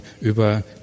über